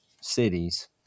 cities